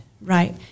right